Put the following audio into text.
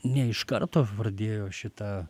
ne iš karto pradėjo šitą